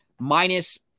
minus